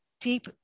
deep